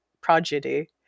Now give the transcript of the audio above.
prodigy